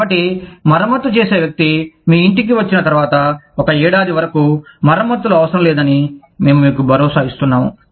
కాబట్టి మరమ్మతు చేసే వ్యక్తి మీ ఇంటికి వచ్చిన తర్వాత ఒక ఏడాది వరకుమరమ్మతులు అవసరం లేదని మేము మీకు భరోసా ఇస్తున్నాము